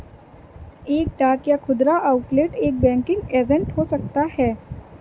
एक डाक या खुदरा आउटलेट एक बैंकिंग एजेंट हो सकता है